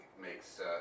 makes